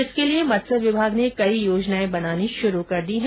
इसके लिए मत्स्य विभाग ने कई योजनाएं बनानी शुरू कर दी है